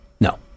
No